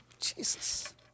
Jesus